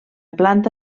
planta